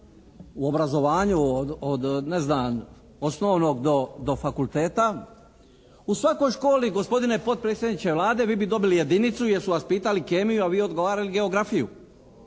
u obrazovanju od, ne znam, osnovnog do fakulteta. U svakoj školi gospodine potpredsjedniče Vlade vi bi dobili jedinicu jer su vas pitali kemiju, a vi odgovarali geografiju.